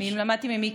אני למדתי ממיקי.